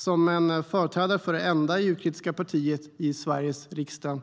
Som en företrädare för det enda EU-kritiska partiet i Sveriges riksdag